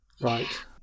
Right